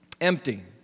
Empty